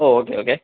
okay okay